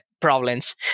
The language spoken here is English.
Problems